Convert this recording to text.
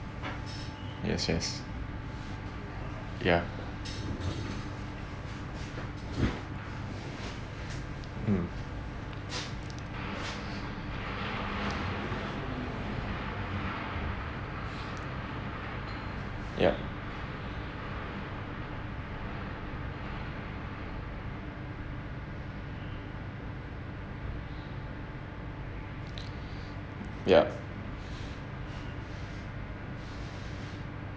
yes yes ya mm yup yup